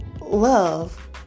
love